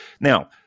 now